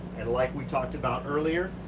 and like we talked about earlier,